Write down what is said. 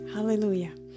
Hallelujah